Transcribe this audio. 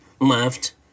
left